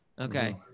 Okay